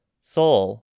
Seoul